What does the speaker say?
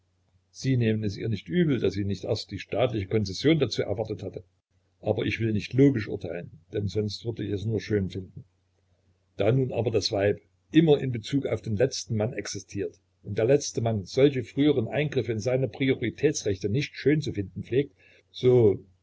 sie nehmen es ihr nicht übel daß sie nicht erst die staatliche konzession dazu erwartet hatte aber ich will nicht logisch urteilen denn sonst würde ich es nur schön finden da nun aber das weib immer in bezug auf den letzten mann existiert und der letzte mann solche früheren eingriffe in seine prioritätsrechte nicht schön zu finden pflegt so